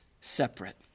separate